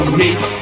meet